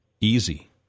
easy